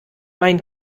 mein